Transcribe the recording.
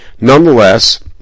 nonetheless